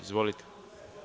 Izvolite.